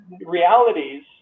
realities